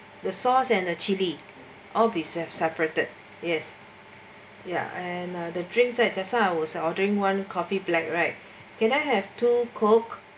the sauce and the chili all be served separated yes ya and the drinks such as ours are ordering one coffee black right can I have two coke